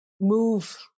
move